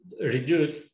reduce